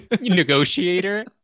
negotiator